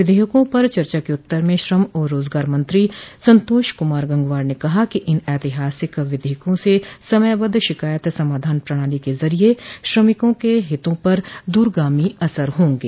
विधेयकों पर चर्चा के उत्तर में श्रम और रोजगार मंत्री संतोष कुमार गंगवार ने कहा कि इन ऐतिहासिक विधेयकों से समयबद्ध शिकायत समाधान प्रणाली के जरिये श्रमिकों के हितों पर दूरगामी असर होंगे